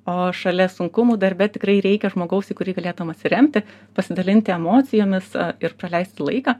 o šalia sunkumų darbe tikrai reikia žmogaus į kurį galėtum atsiremti pasidalinti emocijomis ir praleisti laiką